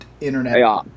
internet